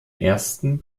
ersten